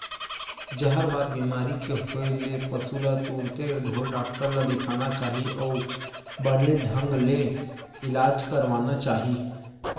जहरबाद बेमारी के होय ले पसु ल तुरते ढ़ोर डॉक्टर ल देखाना चाही अउ बने ढंग ले इलाज करवाना चाही